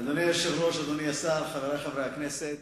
אדוני היושב-ראש, אדוני השר, חברי חברי הכנסת,